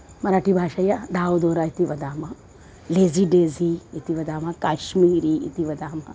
मराठीभाषया धाव् दोरा इति वदामः लेज़ि डेज़ि इति वदामः काश्मीरी इति वदामः